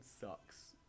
sucks